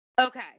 Okay